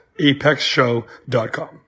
apexshow.com